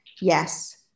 yes